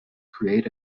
create